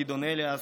גדעון אליאס,